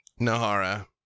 Nahara